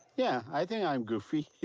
yeah, i think i'm goofy.